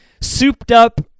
souped-up